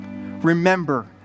remember